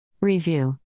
Review